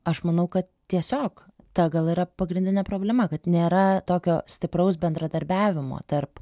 aš manau ka tiesiog ta gal yra pagrindinė problema kad nėra tokio stipraus bendradarbiavimo tarp